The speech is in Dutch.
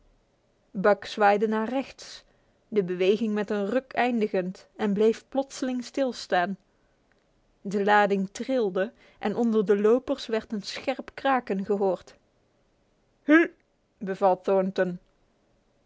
buck zwaaide naar rechts de beweging met een ruk eindigend en bleef plotseling stilstaan de lading trilde en onder de lopers werd een scherp kraken gehoord hu beval thornton